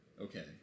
Okay